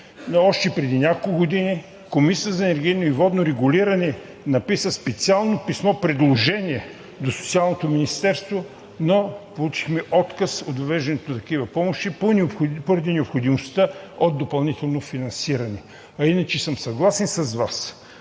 Но още преди няколко години Комисията за енергийно и водно регулиране написа специално писмо – предложение, до Социалното министерство, но получихме отказ от въвеждането на такива помощи поради необходимостта от допълнително финансиране. А иначе съм съгласен с Вас,